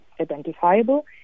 identifiable